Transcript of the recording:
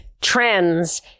trends